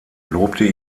lobte